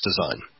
design